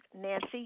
Nancy